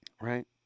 Right